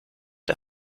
der